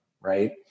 Right